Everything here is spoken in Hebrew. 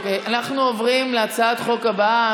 אנחנו עוברים להצעת החוק הבאה,